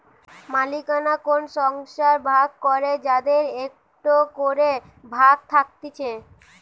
মালিকানা কোন সংস্থার ভাগ করে যাদের একটো করে ভাগ থাকতিছে